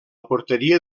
porteria